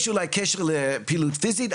יש אולי קשר לפעילות פיזית,